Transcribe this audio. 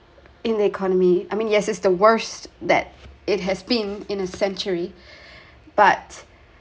in the economy I mean yes it's the worst that it has been in a century but